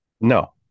No